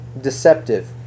deceptive